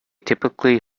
typically